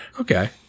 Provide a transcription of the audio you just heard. Okay